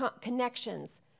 connections